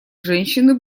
женщины